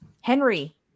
Henry